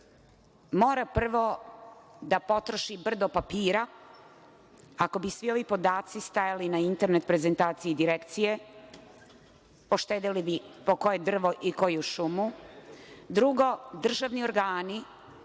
mora prvo da potroši brdo papira. Ako bi svi ovi podaci stajali na internet prezentaciji Direkcije, poštedeli bi po koje drvo i koju šumu. Drugo, državni organi